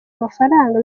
amafaranga